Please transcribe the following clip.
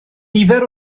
nifer